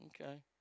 Okay